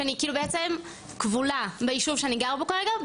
שאני בעצם כבולה ביישוב שאני גרה בו כרגע,